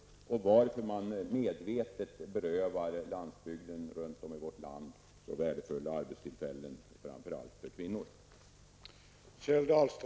Varför berövar man medvetet landsbygden runt om i vårt land så värdefulla arbetstillfällen framför allt för kvinnor?